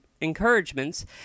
encouragements